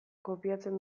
kopiatzen